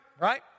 right